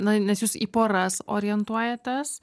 na nes jūs į poras orientuojatės